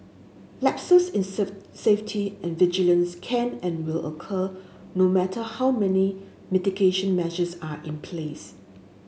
lapses in safe safety and vigilance can and will occur no matter how many mitigation measures are in place